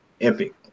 epic